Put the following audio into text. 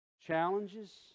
challenges